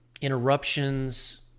interruptions